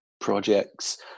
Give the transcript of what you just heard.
projects